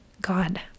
god